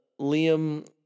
Liam